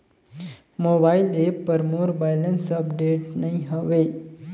mobile app पर मोर balance update नई हवे